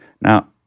Now